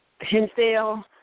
Hinsdale